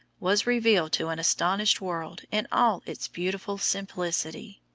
was revealed to an astonished world in all its beautiful simplicity.